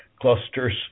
clusters